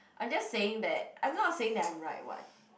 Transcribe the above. I'm just saying that I'm not saying that I'm right [what]